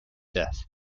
death